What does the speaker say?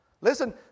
Listen